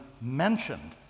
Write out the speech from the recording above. mentioned